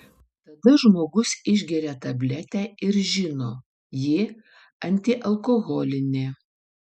tada žmogus išgeria tabletę ir žino ji antialkoholinė